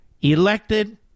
elected